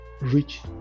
rich